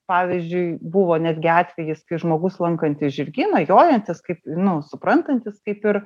pavyzdžiui buvo netgi atvejis kai žmogus lankantis žirgyną jojantis kaip nu suprantantis kaip ir